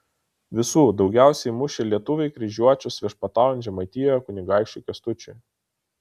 visų daugiausiai mušė lietuviai kryžiuočius viešpataujant žemaitijoje kunigaikščiui kęstučiui